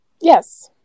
Yes